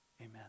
Amen